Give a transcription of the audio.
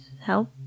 help